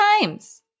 times